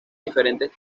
diferentes